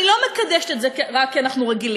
אני לא מקדשת את זה רק כי אנחנו רגילים.